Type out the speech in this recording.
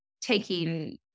taking